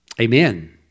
Amen